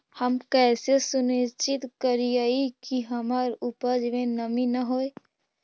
हम कैसे सुनिश्चित करिअई कि हमर उपज में नमी न होय?